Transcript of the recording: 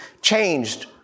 changed